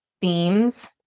themes